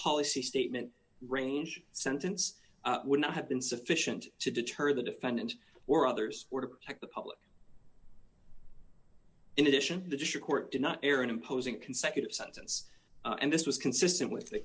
policy statement range sentence would not have been sufficient to deter the defendant or others were protect the public in addition the district court did not err in imposing consecutive sentence and this was consistent with the